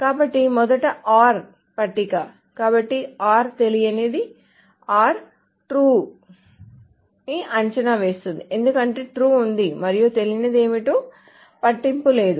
కాబట్టి మొదట OR పట్టిక కాబట్టి OR తెలియనిది OR true ను true అని అంచనా వేస్తుంది ఎందుకంటే true ఉంది మరియు తెలియనిది ఏమిటో పట్టింపు లేదు